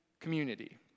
community